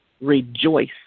rejoice